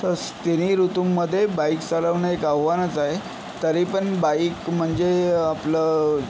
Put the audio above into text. तसं तिन्ही ऋतूंमध्ये बाईक चालवणं एक आव्हानच आहे तरीपण बाईक म्हणजे आपलं